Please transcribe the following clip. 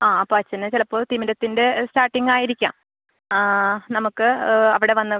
ആ അപ്പോൾ അച്ഛന് ചിലപ്പോൾ തിമിരത്തിൻ്റെ സ്റ്റാർട്ടിങായിരിക്കാം ആ ആ നമുക്ക് അവിടെ വന്ന്